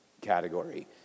category